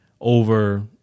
over